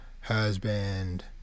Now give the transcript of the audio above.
Husband